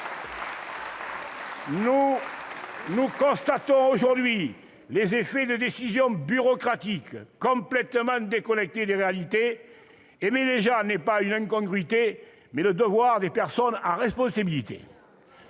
Nous constatons aujourd'hui les effets de décisions bureaucratiques complètement déconnectées des réalités. Aimer les gens n'est pas une incongruité ; c'est le devoir des personnes en responsabilité.